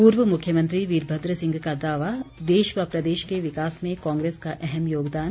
पूर्व मुख्यमंत्री वीरभद्र सिंह का दावा देश व प्रदेश के विकास में कांग्रेस का अहम योगदान